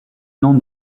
non